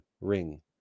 Ring